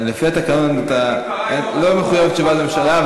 לפי התקנון לא מחויבת תשובת ממשלה,